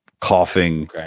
coughing